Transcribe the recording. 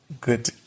Good